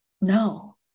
No